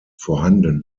vorhanden